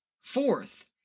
Fourth